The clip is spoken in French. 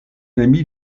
ami